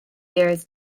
years